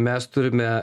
mes turime